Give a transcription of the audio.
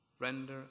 render